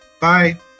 Bye